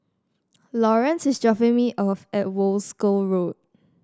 Lawerence is dropping me off at Wolskel Road